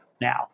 now